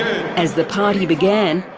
as the party began,